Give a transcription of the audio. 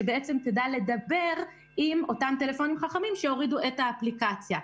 שבעצם תדע לדבר עם אותם טלפונים חכמים שיורידו את האפליקציה,